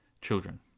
children